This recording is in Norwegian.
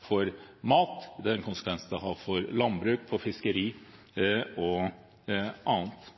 for mat, landbruk, fiskeri og annet.